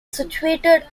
situated